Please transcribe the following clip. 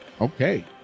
Okay